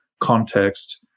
context